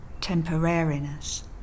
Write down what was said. temporariness